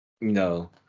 No